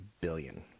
billion